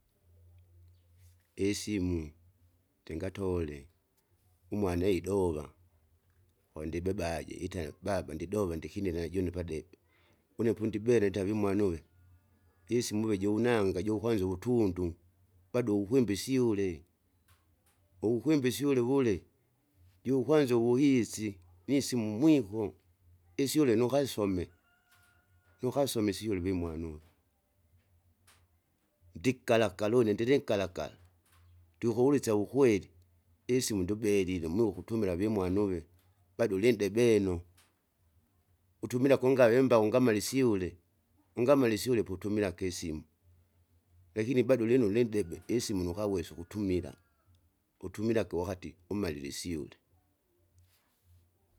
isimu, ndingatole, umwana eidova, kondibebaje itenga baba ndidove ndikinile najune padebe. Une pondibele ntavi umwana uju, isimu uve jounanga jukwanza uvutundu, bado ukwimba isyule, uvukwimba isyule wule, jukwanza uvuhisi, visimu mwiko. Isyule nukasome, nukasome isyule vimwana uju, ndikalakala une ndilinkala, ndiukulisya wukweli, isimu ndubelile mulu ukutumila vimwana uve, bado ulinndebeno. Utumile kungae imbawu ngamala isyule, ungala isyule poutumilake isimu. Lakini bado ulino ulindebe isimu nukawesa ukutumila, utumilage wakati umalile isyule.